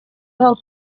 del